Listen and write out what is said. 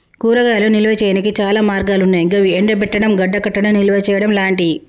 కూరగాయలను నిల్వ చేయనీకి చాలా మార్గాలన్నాయి గవి ఎండబెట్టడం, గడ్డకట్టడం, నిల్వచేయడం లాంటియి